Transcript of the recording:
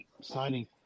signing